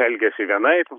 elgiasi vienaip